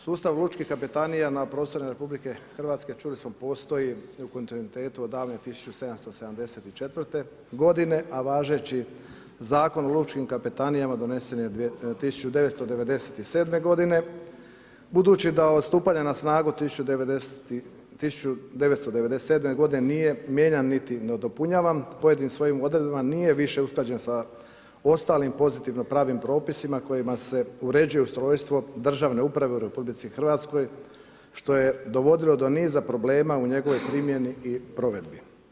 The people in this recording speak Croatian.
Sustav lučkih kapetanija na prostorima RH, čuli smo postoji u kontinuitetu od davne 1774. g. a važeći Zakon o lučkim kapetanijama donesen je 1997. g. Budući da od stupanja na snagu 1997. g. nije mijenjan niti nadopunjavan, u pojedinim svojim odredbama nije više usklađen sa ostalim pozitivno pravnim propisima kojima se uređuje ustrojstvo državne uprave u RH što je dovodilo do niza problema u njegovoj primjeni i provedbi.